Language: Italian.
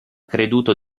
creduto